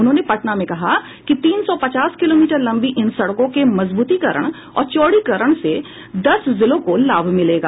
उन्होंने पटना में कहा कि तीन सौ पचास किलोमीटर लंबी इन सड़कों के मजबूतीकरण और चौड़ीकरण से दस जिलों को लाभ मिलेगा